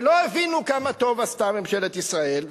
שלא הבינו כמה טוב עשתה מדינת ישראל.